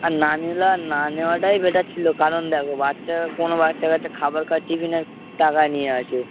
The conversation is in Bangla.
আর না নিলে না নেওয়াটাই বেটার ছিল কারণ দেখ বাচ্চারা কোনো বাচ্চা কাচ্চা খাবার খায় টিফিনের টাকা নিয়ে আসে